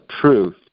truth